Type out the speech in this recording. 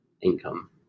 income